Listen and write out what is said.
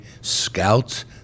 scouts